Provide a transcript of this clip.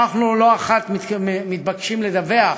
אנחנו לא אחת מתבקשים לדווח